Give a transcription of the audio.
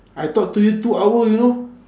I talk to you two hour you know